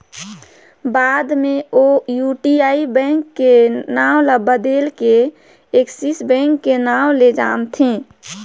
बाद मे ओ यूटीआई बेंक के नांव ल बदेल के एक्सिस बेंक के नांव ले जानथें